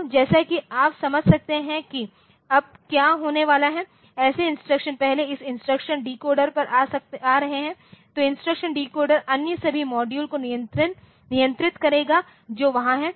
तो जैसा कि आप समझ सकते हैं कि अब क्या होने वाला है जैसे इंस्ट्रक्शन पहले इस इंस्ट्रक्शन डिकोडर पर आ रहे हैं तो इंस्ट्रक्शन डिकोडर अन्य सभी मॉड्यूल को नियंत्रित करेगा जो वहां हैं